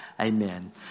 amen